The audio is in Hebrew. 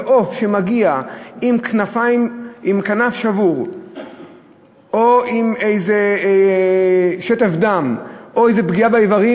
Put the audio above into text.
ועוף שמגיע עם כנף שבורה או עם איזה שטף דם או איזו פגיעה באיברים,